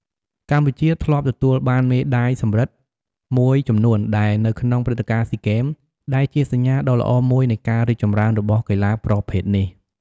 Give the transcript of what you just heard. កម្ពុជាធ្លាប់ទទួលបានមេដាយសំរឹទ្ធមួយចំនួនដែរនៅក្នុងព្រឹត្តិការណ៍ស៊ីហ្គេម ដែលជាសញ្ញាដ៏ល្អមួយនៃការរីកចម្រើនរបស់កីឡាប្រភេទនេះ។